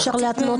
מדובר